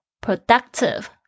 Productive